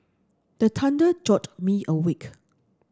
the thunder jolt me awake